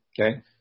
okay